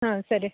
ಹಾಂ ಸರಿ